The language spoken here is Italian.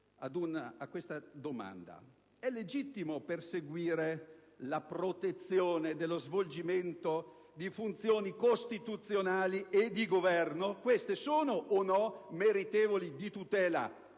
seguente domanda: è legittimo perseguire la protezione dello svolgimento di funzioni costituzionali e di governo? Tali funzioni sono o no meritevoli di tutela,